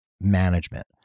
management